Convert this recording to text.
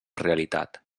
realitat